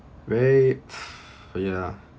wait oh ya